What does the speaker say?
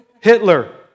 Hitler